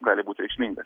gali būt reikšmingas